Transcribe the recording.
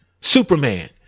Superman